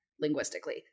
linguistically